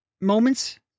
moments